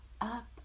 up